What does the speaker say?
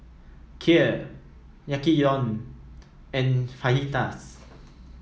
Kheer Yaki Udon and Fajitas